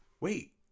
wait